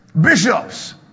Bishops